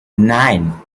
nine